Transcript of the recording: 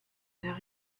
there